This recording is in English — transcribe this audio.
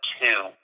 two